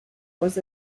was